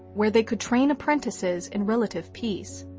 where they could train apprentices in relative peace.